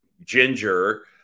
ginger